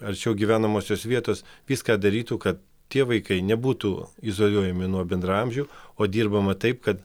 arčiau gyvenamosios vietos viską darytų kad tie vaikai nebūtų izoliuojami nuo bendraamžių o dirbama taip kad